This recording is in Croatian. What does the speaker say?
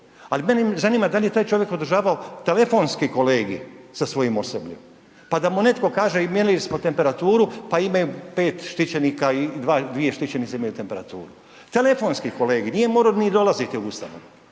ali mene zanima da li je taj čovjek održavao telefonski kolegij sa svojim osobljem pa da mu netko kaže, mjerili smo im temperaturu pa ima 5 štićenika i 2 štićenice imaju temperaturu, telefonski kolege, nije morao ni dolaziti u ustanovu